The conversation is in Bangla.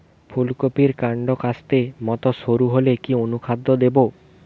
ফুলকপির কান্ড কাস্তের মত সরু হলে কি অনুখাদ্য দেবো?